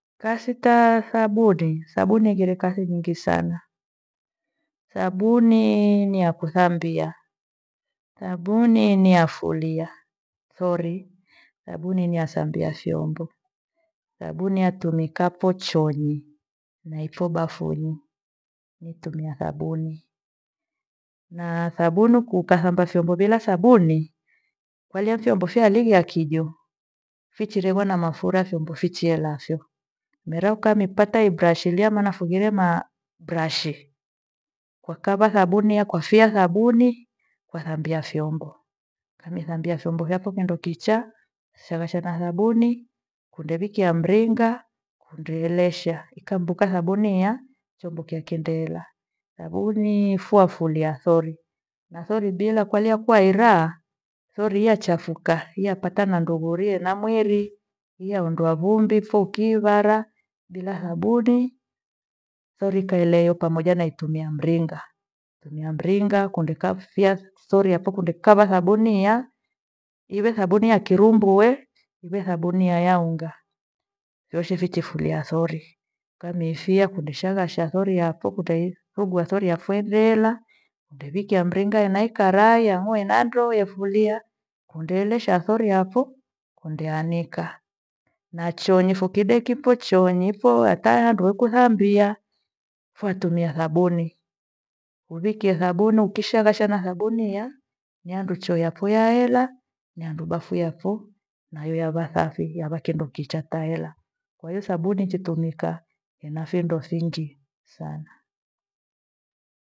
Kasi ta sabuni, sabuni igire kathi nyingi sana. Sabuni ni yakuthambia, sabuni niyafulia sori sabuni ni ya thambia vyombo. Sabuni yatumikapho choonyi na ipho bafunyi nitumia sabuni. Na sabuni ukathamba vyombo bila thabuni kwalia fyombo vyalighia kijo vichirevo na mafura vyombo vichielafyo. Mira ukamipata ibrashi lia mana fughire ma brashi kwakava sabuni yakwafia sabuni kwathambia vyombo. Kanu ethambia vyombo vakwe kindo kichaa na thabuni kundevikia mringa kunde elesha ikambuka sabuni iiya chombo kyakendeela. Sabuni fua fulia sori na sori bila ya kwalia kwa eraa, sori yachafuka yapata na ndungurie ya mwiri yaondoa vumbi fukiivara bila thabuni sori ikaeleyo pamoja na itumia mringa. Tumia mringa kundekafia thori yapho kundekava sabuni iya, iwe sabuni ya kirumbu ehe iwe sabuni ya ugha vyoshe vichifuria sori. Kamifia kunde shaghasha sori yapho kuteithugua sori yapho irela indewikia mringa ena ikarai amu enandoo efulia undeelesha sori yapho kundeanika. Na choonyi fukideki pho choonyi pho, hata handu ekuthambia fuatumia thabuni, uvikie sabui ukishaghashana sabuni iya niandu choo, yapho yahela nandu bafu yapho na iyo vasafi hiaba kindo kichaa tahela kwahiyo sabuni chitumika ena phendo fingi sana